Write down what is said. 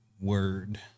word